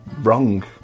wrong